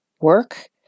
work